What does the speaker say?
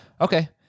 Okay